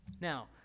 Now